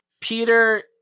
Peter